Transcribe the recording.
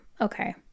Okay